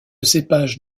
cépage